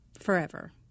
forever